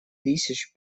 тысяч